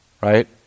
right